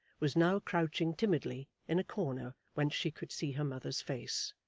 was now crouching timidly, in a corner whence she could see her mother's face.